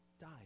died